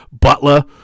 Butler